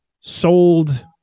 sold